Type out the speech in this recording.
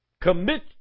Commit